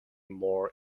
more